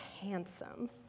handsome